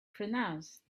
pronounce